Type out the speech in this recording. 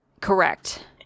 Correct